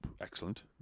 excellent